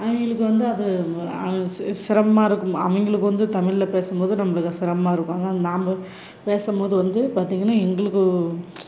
அவங்களுக்கு வந்து அது சிர் சிரமமாக இருக்கும் அவங்களுக்கு வந்து தமிழ்ல பேசும்போது நம்மளுக்கு சிரமமாக இருக்கும் ஆனால் நாம் பேசும்போது வந்து பார்த்தீங்கன்னா எங்களுக்கு